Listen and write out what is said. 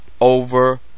over